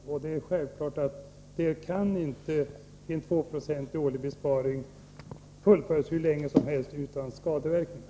Självfallet kan inte en 2-procentig årlig besparing fullföljas hur länge som helst utan skadeverkningar.